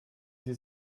sie